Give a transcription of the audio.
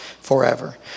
forever